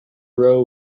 row